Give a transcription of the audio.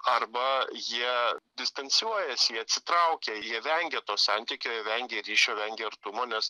arba jie distanciuojasi jie atsitraukia jie vengia to santykio jie vengia ryšio vengia artumo nes